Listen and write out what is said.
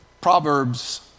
Proverbs